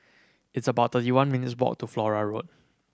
it's about thirty one minutes' walk to Flora Road